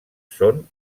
són